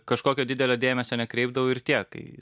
kažkokio didelio dėmesio nekreipdavau ir tiek kai